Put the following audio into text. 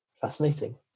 Fascinating